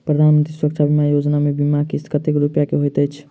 प्रधानमंत्री सुरक्षा बीमा योजना मे बीमा किस्त कतेक रूपया केँ होइत अछि?